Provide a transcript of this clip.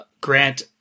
Grant